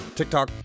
TikTok